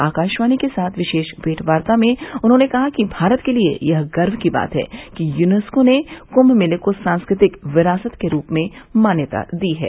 आकाशवाणी के साथ विशेष मेंटवार्ता में उन्होंने कहा कि गारत के लिए यह गर्व की बात है कि यूनेस्को ने कृम्भ मेले को सांस्कृतिक विरासत के रूप में मान्यता दी है